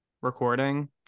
recording